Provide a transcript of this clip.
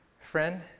friend